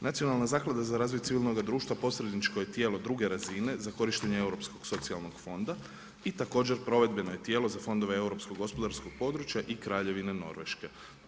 Nacionalna zaklada za razvoj civilnog društva posredničko je tijelo 2 razine, za korištenje europskog socijalnog fonda i također provedbeno je tijelo za fondove europskog gospodarskog područja i Kraljevine Norveške.